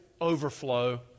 overflow